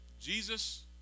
Jesus